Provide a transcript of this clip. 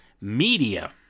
Media